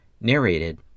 narrated